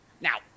Now